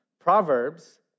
Proverbs